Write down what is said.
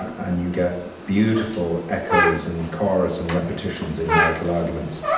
and you get beautiful echoes and chords and repetitions in marital arguments